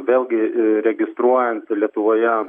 vėlgi registruojant lietuvoje